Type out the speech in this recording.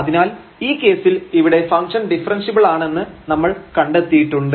അതിനാൽ ഈ കേസിൽ ഇവിടെ ഫംഗ്ഷൻ ഡിഫറെൻഷ്യബിൾ ആണെന്ന് നമ്മൾ കണ്ടെത്തിയിട്ടുണ്ട്